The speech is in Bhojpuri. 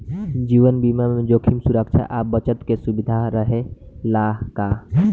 जीवन बीमा में जोखिम सुरक्षा आ बचत के सुविधा रहेला का?